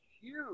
huge